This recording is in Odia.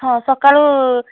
ହଁ ସକାଳୁ